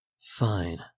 Fine